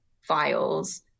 files